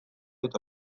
eta